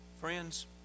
friends